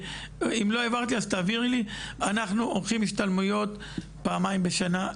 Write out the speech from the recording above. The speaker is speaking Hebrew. אנחנו עורכים השתלמויות פעמים בשנה,